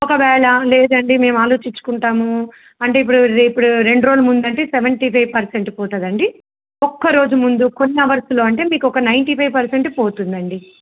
ఒకవేళ లేదండి మేము ఆలోచించుకుంటాము అంటే ఇప్పుడు ర ఇప్పుడు రెండు రోజులు ముందంటే సెవెంటీ ఫైవ్ పర్సెంట్ పోతాదండి ఒక్క రోజు ముందు కొన్ని అవర్సులో అంటే మీకు ఒక నైన్ంటీ ఫైవ్ పర్సెంట్ పోతుందండి